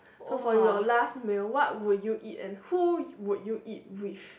so for your last meal what would you eat and who would you eat with